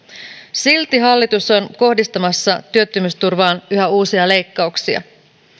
silti hallitus on kohdistamassa työttömyysturvaan yhä uusia leikkauksia